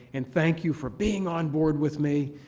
and thank you for being on board with me.